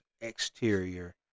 exterior